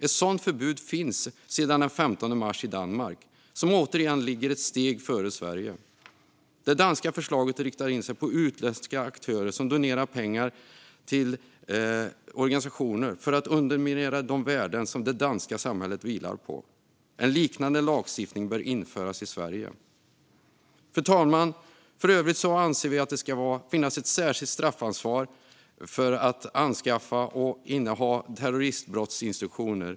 Ett sådant förbud finns sedan den 15 mars i Danmark, som återigen ligger ett steg före Sverige. Det danska förslaget riktar in sig på utländska aktörer som donerar pengar till organisationer för att underminera de värden som det danska samhället vilar på. En liknande lagstiftning bör införas i Sverige. Fru talman! För övrigt anser vi att det ska finnas ett särskilt straffansvar för att anskaffa och inneha terroristbrottsinstruktioner.